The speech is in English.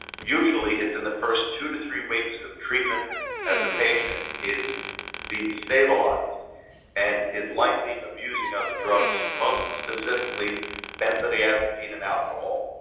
usually it's in the first two to three weeks of treatment as the patient is being stabilized and is likely abusing other drugs, most specifically benzodiazepine and alcohol.